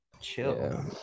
chill